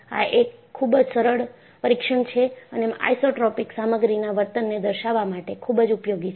આ એક ખૂબ જ સરળ પરીક્ષણ છે અને આઇસોટ્રોપિક સામગ્રીના વર્તનને દર્શાવવા માટે ખુબ જ ઉપયોગી છે